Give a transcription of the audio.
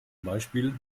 beispiel